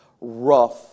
rough